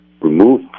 remove